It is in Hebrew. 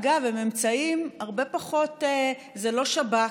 אגב, הם אמצעים הרבה פחות, זה לא שב"כ,